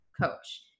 coach